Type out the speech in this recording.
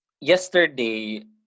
Yesterday